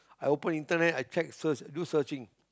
I open internet I check first do searching